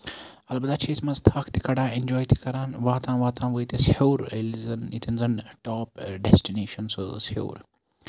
اَلبتہ چھِ أسۍ منٛزٕ تھکھ تہِ کَڑان اینجاے تہِ کران واتان واتان وٲتۍ أسۍ ہیوٚر ییٚتین زَن ٹاپ ڈیسٹِنیشن سُہ اوس ہیوٚر